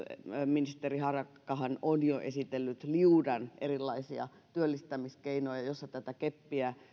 ministeri harakkahan on jo esitellyt liudan erilaisia työllistämiskeinoja joissa tätä keppiä